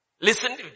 Listen